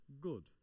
good